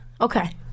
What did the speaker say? okay